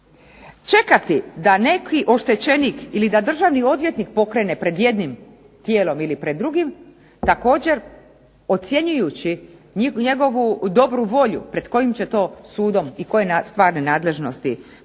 Čekati da neki oštećenik ili da državni odvjetnik pokrene pred jednim tijelom ili pred drugim također ocjenjujući njegovu dobru volju pred kojim će to sudom i koje stvarne nadležnosti pokrenuti